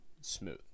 smooth